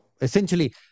essentially